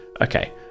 okay